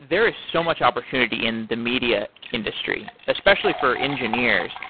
there is so much opportunity in the media industry, especially for engineers.